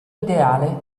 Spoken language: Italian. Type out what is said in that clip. ideale